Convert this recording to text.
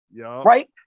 right